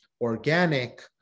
organic